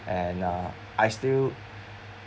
and uh I still